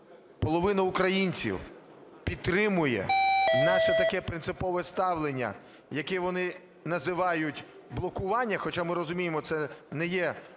половина українців підтримує наше таке принципове ставлення, яке вони називають "блокування", хоча ми розуміємо, це не є класичним